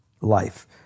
Life